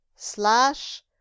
slash